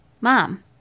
Mom